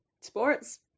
sports